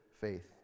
faith